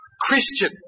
Christian